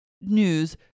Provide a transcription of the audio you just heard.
news